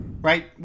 right